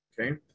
okay